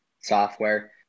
software